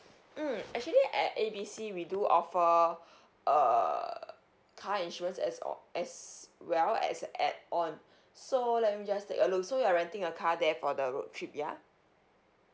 mm actually at A B C we do offer err car insurance as or as well as a add on so let me just take a look so you're renting a car there for the road trip ya